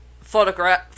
photograph